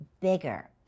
bigger